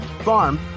farm